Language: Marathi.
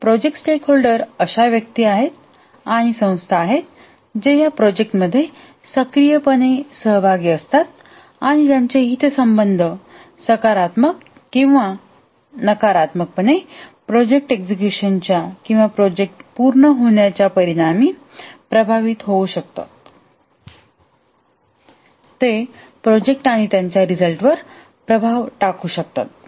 प्रोजेक्ट स्टेकहोल्डर अशा व्यक्ती आणि संस्था आहेत जे या प्रोजेक्ट मध्ये सक्रिय पणे सहभागी आहेत आणि ज्यांचे हितसंबंध सकारात्मक किंवा नकारात्मक पणे प्रोजेक्ट अंमलबजावणी च्या किंवा प्रोजेक्ट पूर्ण होण्याच्या परिणामी प्रभावित होऊ शकतात ते प्रोजेक्ट आणि त्याच्या रिझल्टवर प्रभाव टाकू शकतात